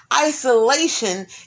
Isolation